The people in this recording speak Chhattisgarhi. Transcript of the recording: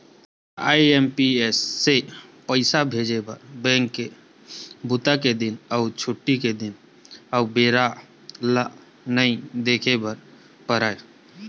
आई.एम.पी.एस से पइसा भेजे बर बेंक के बूता के दिन अउ छुट्टी के दिन अउ बेरा ल नइ देखे बर परय